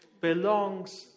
belongs